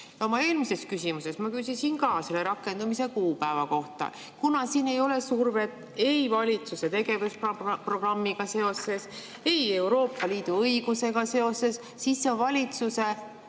Oma eelmises küsimuses ma küsisin ka selle rakendamise kuupäeva kohta. Kuna siin ei ole survet ei valitsuse tegevusprogrammiga seoses, ei Euroopa Liidu õigusega seoses, siis see on valitsuse